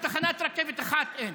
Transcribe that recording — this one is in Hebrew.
אפילו תחנת רכבת אחת אין.